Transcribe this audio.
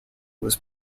was